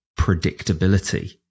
predictability